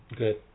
good